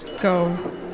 go